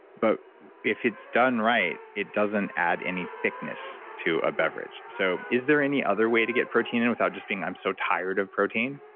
but if it's done right, it doesn't add any thickness to a beverage. so, is there any other way to get protein and without just being i'm so tired of protein?